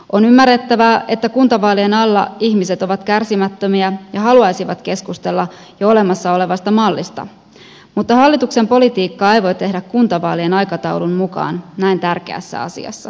on ymmärrettävää että kuntavaalien alla ihmiset ovat kärsimättömiä ja haluaisivat keskustella jo olemassa olevasta mallista mutta hallituksen politiikkaa ei voi tehdä kuntavaalien aikataulun mukaan näin tärkeässä asiassa